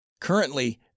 Currently